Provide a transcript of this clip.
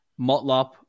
Motlop